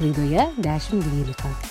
laidoje dešimt dvylika